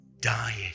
dying